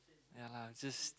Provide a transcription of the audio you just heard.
ya lah just